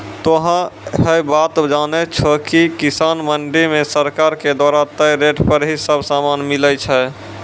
तोहों है बात जानै छो कि किसान मंडी मॅ सरकार के द्वारा तय रेट पर ही सब सामान मिलै छै